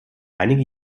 einige